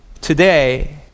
today